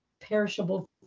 perishable